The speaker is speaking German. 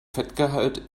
fettgehalt